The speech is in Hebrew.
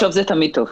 לחשוב זה תמיד טוב.